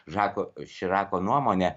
žako širako nuomone